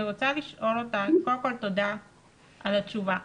תודה על התשובה.